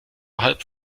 halb